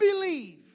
believe